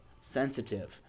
sensitive